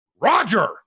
Roger